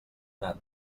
nat